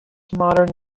modern